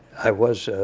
i was